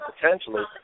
potentially